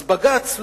אז בג"ץ,